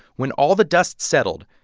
when all the dust settled,